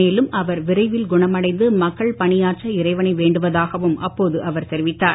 மேலும் அவர் விரைவில் குணமடைந்து மக்கள் பணியாற்ற இறைவனை வேண்டுவதாகவும் அப்போது அவர் தெரிவித்தார்